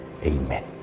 Amen